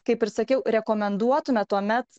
kaip ir sakiau rekomenduotumėme tuomet